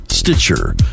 Stitcher